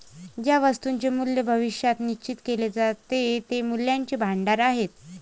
ज्या वस्तूंचे मूल्य भविष्यात निश्चित केले जाते ते मूल्याचे भांडार आहेत